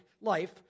life